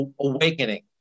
awakening